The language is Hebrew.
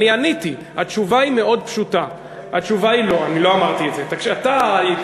שאלו אותך שאלה קונקרטית.